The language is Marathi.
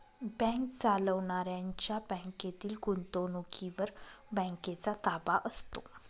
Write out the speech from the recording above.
बँक चालवणाऱ्यांच्या बँकेतील गुंतवणुकीवर बँकेचा ताबा असतो